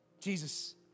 Jesus